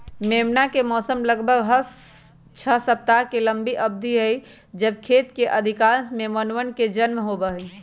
मेमना के मौसम लगभग छह सप्ताह के लंबी अवधि हई जब खेत के अधिकांश मेमनवन के जन्म होबा हई